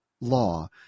law